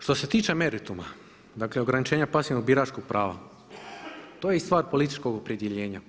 Što se tiče merituma, dakle ograničenja pasivnog biračkog prava, to je stvar i političkog opredjeljenja.